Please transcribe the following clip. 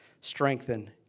strengthen